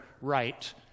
right